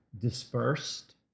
dispersed